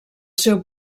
seu